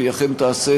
והיא אכן תעשה,